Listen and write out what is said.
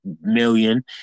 million